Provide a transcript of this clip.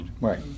right